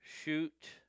shoot